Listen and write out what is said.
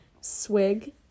swig